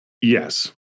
Yes